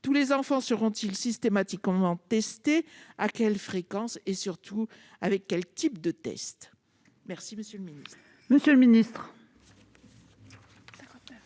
Tous les enfants seront-ils systématiquement testés, à quelle fréquence et surtout avec quel type de test ? La parole est